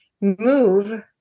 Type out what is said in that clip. move